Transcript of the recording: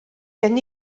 gen